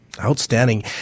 Outstanding